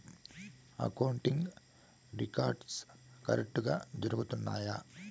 accounting records కరెక్టుగా జరుగుతున్నాయా